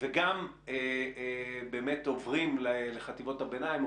וגם עוברים לחטיבות הביניים,